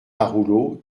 rouleau